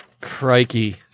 crikey